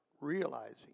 realizing